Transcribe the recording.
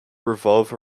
revolve